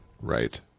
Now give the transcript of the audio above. Right